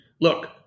Look